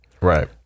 Right